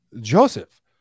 joseph